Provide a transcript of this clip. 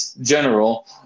General